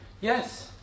Yes